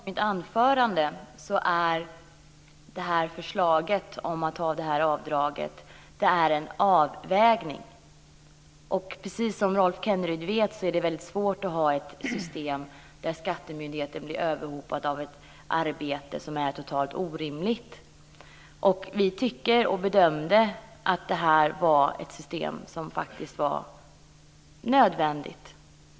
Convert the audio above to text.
Fru talman! Som jag inledningsvis sade i mitt anförande är förslaget om det här avdraget en avvägning. Precis som Rolf Kenneryd vet är det svårt att ha ett system där skattemyndigheten blir överhopad av ett arbete som är totalt orimligt. Vi bedömde att det här var ett system som var nödvändigt.